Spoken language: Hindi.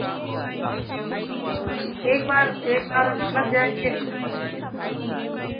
हाँ हाँ एक बार एक बार अगर लग जाएंगे हाँ